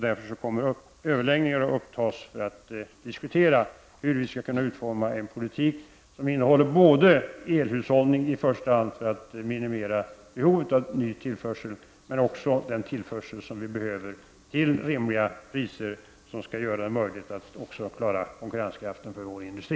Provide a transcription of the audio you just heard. Därför kommer överläggningar att äga rum för att vi skall kunna utforma en politik som innehåller både elhushållning för att minimera behovet av ny tillförsel men även den tillförsel till rimliga priser som vi behöver för att vi skall klara konkurrenskraften för vår industri.